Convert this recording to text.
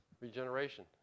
Regeneration